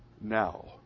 now